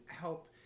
help